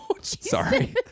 sorry